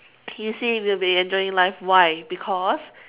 he say we'll be enjoying life why because